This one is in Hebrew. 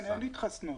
כן, אין התחסנות.